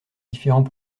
différents